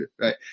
right